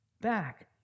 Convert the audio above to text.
back